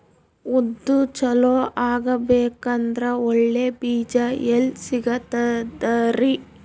ಉದ್ದು ಚಲೋ ಆಗಬೇಕಂದ್ರೆ ಒಳ್ಳೆ ಬೀಜ ಎಲ್ ಸಿಗತದರೀ?